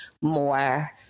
more